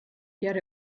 yet